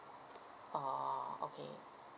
oh okay